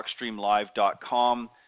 talkstreamlive.com